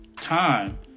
time